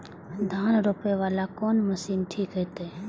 धान रोपे वाला कोन मशीन ठीक होते?